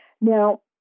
Now